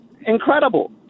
incredible